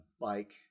bike